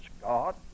God